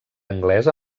anglès